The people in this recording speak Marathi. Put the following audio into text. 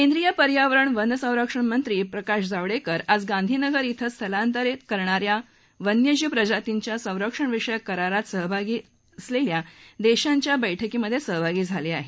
केंद्रीय पर्यावरण वन संरक्षण मंत्री प्रकाश जावडेकर आज गांधीनगर कें स्थलांतर करणाऱ्या वन्यजीव प्रजातींच्या संरक्षण विषयक करारात सहभागी असलेल्या देशांच्या बैठकीमध्ये सहभागी झाले आहेत